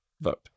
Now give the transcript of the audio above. vote